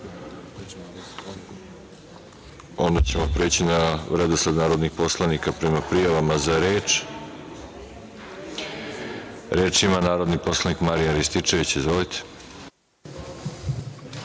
želi reč? Prelazimo na redosled narodnih poslanika prema prijavama za reč. Reč ima narodni poslanik Marijan Rističević. Izvolite.